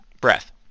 breath